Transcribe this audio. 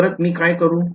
मग परत मी काय करू